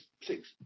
six